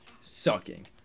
sucking